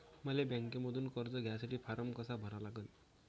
मले बँकेमंधून कर्ज घ्यासाठी फारम कसा भरा लागन?